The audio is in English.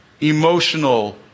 emotional